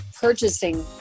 purchasing